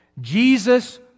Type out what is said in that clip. Jesus